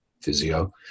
Physio